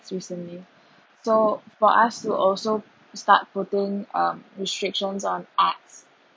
recently so for us to also start putting um restrictions on arts